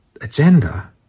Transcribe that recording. Agenda